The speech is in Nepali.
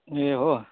ए हो